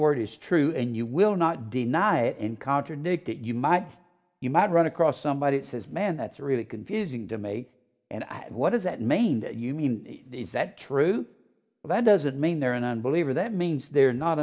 word is true and you will not deny it and contradict it you might you might run across somebody it says man that's really confusing to make and what does that mean that you mean is that true that doesn't mean they're an unbeliever that means they're not